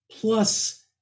plus